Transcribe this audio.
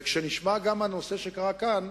וכשנשמע גם הנושא שקרה כאן,